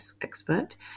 expert